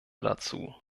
dazu